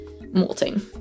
molting